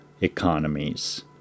economies